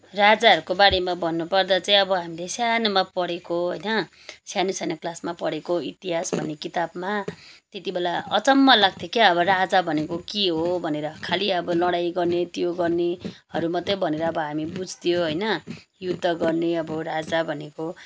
राजाहरूको बारेमा भन्नुपर्दा चाहिँ अब हामीले सानोमा पढेको होइन सानो सानो क्लासमा पढेको इतिहास भन्ने किताबमा त्यति बेला अचम्म लाग्थ्यो क्या राजा भनेको के हो भनेर खालि अब लडाइँ गर्ने त्यो गर्नेहरू मात्रै भनेर अब हामी बुज्थ्यौँ होइन युद्ध गर्ने अब राजा भनेको